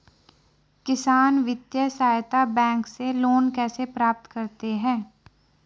किसान वित्तीय सहायता बैंक से लोंन कैसे प्राप्त करते हैं?